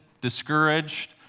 discouraged